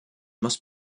must